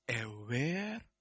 aware